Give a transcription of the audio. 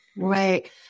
Right